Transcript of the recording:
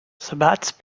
sabbath